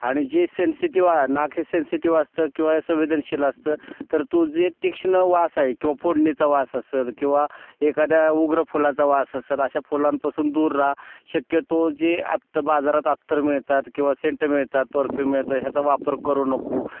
आणि जे सेन्सिटिव्ह आहे नाक हे सेन्सिटिव असतं किंवा संवेदनशील असतं तर तो जे तीक्ष्ण वास आहे किंवा फोडणीचा वास असेल किंवा एखाद्या उग्र फुलाचा वास असेल अशा फुलांपासून दूर राहा शक्यतो जे अत्तर बाजारात अत्तर मिळतात किंवा सेंट मिळतात परफ्यूम मिळतात ह्याचा वापर करू नको